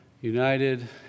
united